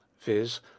viz